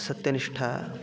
सत्यनिष्ठा